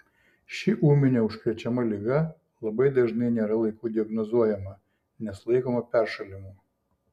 ši ūminė užkrečiama liga labai dažnai nėra laiku diagnozuojama nes laikoma peršalimu